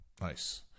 Nice